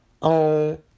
on